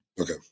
Okay